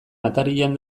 atarian